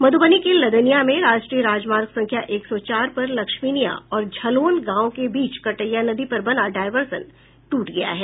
मध्रबनी के लदनियां में राष्ट्रीय राजमार्ग संख्या एक सौ चार पर लक्ष्मीनियां और झलोन गांव के बीच कटैया नदी पर बना डायर्वसन ट्रट गया है